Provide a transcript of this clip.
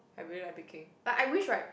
I really like baking but I wish right